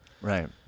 Right